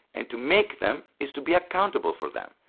and to make them is to be accountable for them,